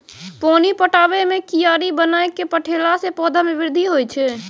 पानी पटाबै मे कियारी बनाय कै पठैला से पौधा मे बृद्धि होय छै?